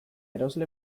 erosle